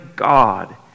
God